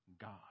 God